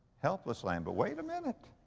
helpless lamb, but wait a minute.